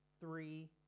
three